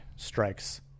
Strikes